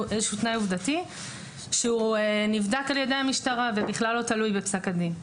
עובדתי שנבדק על ידי המשטרה ובכלל לא תלוי בפסק הדין.